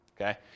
okay